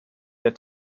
der